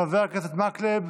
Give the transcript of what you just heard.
חבר הכנסת מקלב,